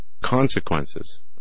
consequences